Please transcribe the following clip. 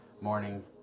morning